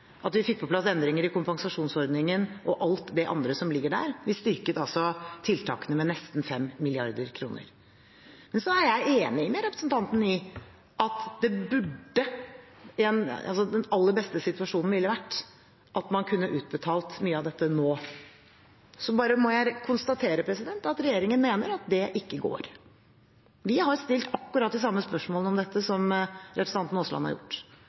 at vi fikk på plass endringer i kompensasjonsordningen og alt det andre som ligger der. Vi styrket altså tiltakene med nesten 5 mrd. kr. Men jeg er enig med representanten i at den aller beste situasjonen ville vært at man kunne utbetalt mye av dette nå. Jeg må bare konstatere at regjeringen mener at det ikke går. Vi har stilt akkurat de samme spørsmålene om dette som representanten Aasland har gjort.